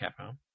Capcom